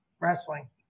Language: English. Wrestling